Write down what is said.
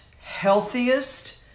healthiest